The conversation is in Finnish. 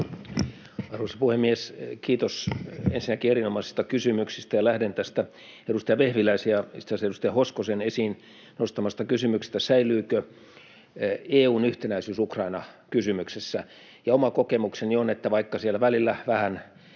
Arvoisa puhemies! Kiitos ensinnäkin erinomaisista kysymyksistä. Lähden tästä edustaja Vehviläisen ja itse asiassa edustaja Hoskosen esiin nostamasta kysymyksestä, säilyykö EU:n yhtenäisyys Ukraina-kysymyksessä. Oma kokemukseni on, että vaikka siellä välillä vähän